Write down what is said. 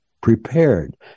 prepared